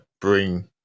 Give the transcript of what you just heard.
bring